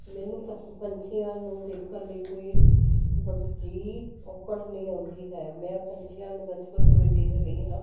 ਮੈਨੂੰ ਪ ਪੰਛੀਆਂ ਨੂੰ ਦੇਖਣ ਲਈ ਕੋਈ ਵੱਡੀ ਔਕੜ ਨਹੀਂ ਆਉਂਦੀ ਹੈ ਮੈਂ ਪੰਛੀਆਂ ਨੂੰ ਬਚਪਨ ਤੋਂ ਹੀ ਦੇਖ ਰਹੀ ਹਾਂ